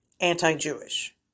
anti-Jewish